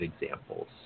examples